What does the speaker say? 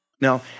Now